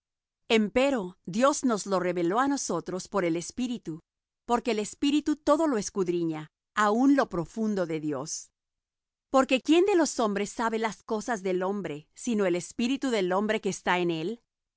aman empero dios nos lo reveló á nosotros por el espíritu porque el espíritu todo lo escudriña aun lo profundo de dios porque quién de los hombres sabe las cosas del hombre sino el espíritu del hombre que está en él